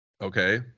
Okay